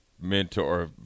mentor